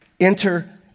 Enter